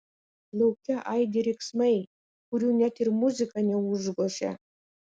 lauke aidi riksmai kurių net ir muzika neužgožia